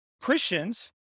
Christians